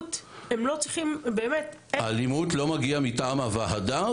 באלימות --- אלימות לא מגיעה מטעם הוועדה.